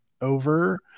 over